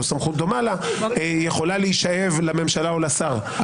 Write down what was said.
סמכות דומה לה יכולה להישאב לממשלה או לשר.